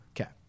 Okay